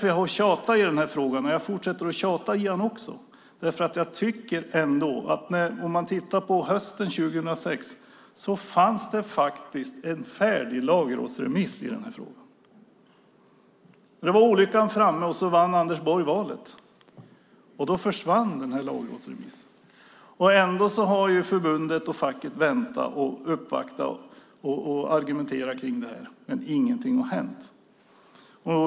Jag har tjatat om den här frågan och jag fortsätter att göra det, därför att under hösten 2006 fanns det faktiskt en färdig lagrådsremiss i den här frågan. Nu var olyckan framme och Anders Borg vann valet, och då försvann lagrådsremissen. Förbundet och facket har väntat, uppvaktat och argumenterat i frågan, men ingenting har hänt.